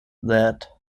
that